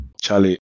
Charlie